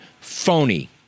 phony